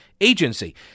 agency